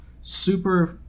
super